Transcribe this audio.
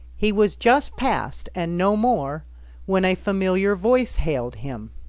he was just past and no more when a familiar voice hailed him.